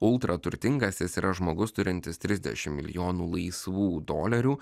ultraturtingasis yra žmogus turintis trisdešimt milijonų laisvų dolerių